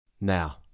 Now